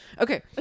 okay